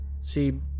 see